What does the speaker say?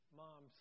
mom